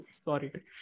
Sorry